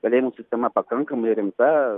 kalėjimų sistema pakankamai rimta